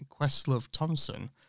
Questlove-Thompson